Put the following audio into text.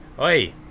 Oi